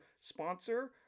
sponsor